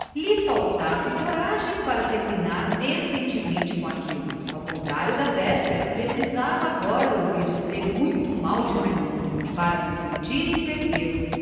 lhe faltasse coragem para acabar decentemente com aquilo desfalecera lhe de todo a energia que ela afetara até aí ao contrário da véspera precisava naquele momento ouvir dizer muito mal de raimundo para poder consentir em perdê lo